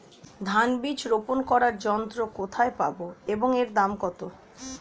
ধান বীজ রোপন করার যন্ত্র কোথায় পাব এবং এর দাম কত?